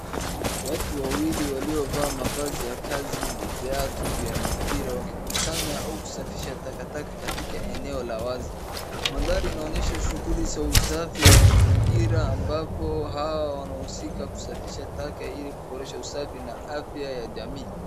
Watu wawili waliovaa mavazi ya kazi na viatu vya mpira wakikusanya au kusafisha takataka katika eneo la wazi. Mandhari inaonyesha shughuli za usafi mazingira ambapo hawa wanahusika kusafisha taka ili kuboresha usafi na afya ya jamii.